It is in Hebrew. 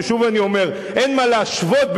ושוב אני אומר שאין מה להשוות.